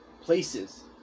places